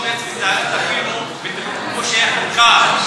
אז, את האומץ, תכינו ותחוקקו, שתהיה חוקה.